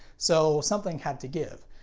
so, something had to give.